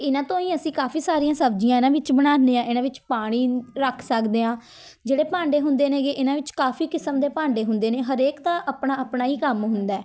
ਇਨ੍ਹਾਂ ਤੋਂ ਹੀ ਅਸੀਂ ਕਾਫੀ ਸਾਰੀਆਂ ਸਬਜ਼ੀਆਂ ਇਨ੍ਹਾਂ ਵਿੱਚ ਬਣਾਉਂਦੇ ਹਾਂ ਇਨ੍ਹਾਂ ਵਿੱਚ ਪਾਣੀ ਰੱਖ ਸਕਦੇ ਹਾਂ ਜਿਹੜੇ ਭਾਂਡੇ ਹੁੰਦੇ ਨੇ ਗੇ ਇਨ੍ਹਾਂ ਵਿੱਚ ਕਾਫ਼ੀ ਕਿਸਮ ਦੇ ਭਾਂਡੇ ਹੁੰਦੇ ਨੇ ਹਰੇਕ ਦਾ ਆਪਣਾ ਆਪਣਾ ਹੀ ਕੰਮ ਹੁੰਦਾ